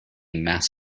mass